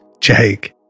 Jake